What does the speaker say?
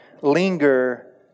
linger